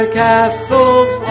castles